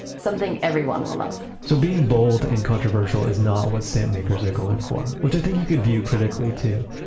something everyone will love so being bold and controversial is not what stamp makers are going for. which i think you could view critically too.